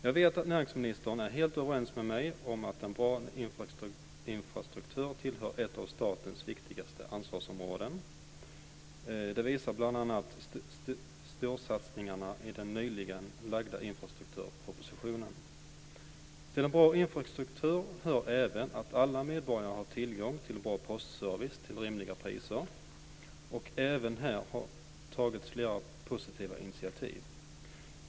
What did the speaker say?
Jag vet att näringsministern är helt överens med mig om att en bra infrastruktur är ett av statens viktigaste ansvarsområden. Det visar bl.a. storsatsningarna i den nyligen framlagda infrastrukturpropositionen. Till en bra infrastruktur hör även att alla medborgare har tillgång till en bra postservice till rimliga priser. Även här har det tagits flera positiva initiativ.